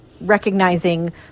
recognizing